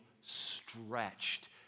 stretched